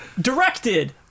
Directed